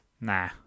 Nah